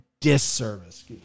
Disservice